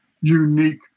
unique